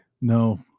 No